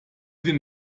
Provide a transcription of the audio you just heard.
den